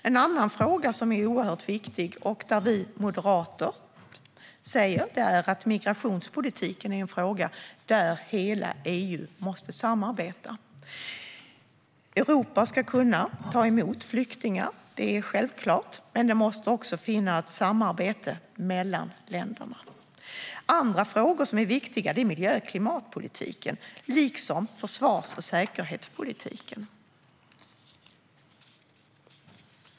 Migrationspolitiken är en annan fråga där vi moderater säger att hela EU måste samarbeta. Europa ska kunna ta emot flyktingar, det är självklart, men det måste också finnas ett samarbete mellan länderna. Andra frågor som är viktiga är miljö och klimatpolitiken liksom försvars och säkerhetspolitiken.